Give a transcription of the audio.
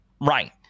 Right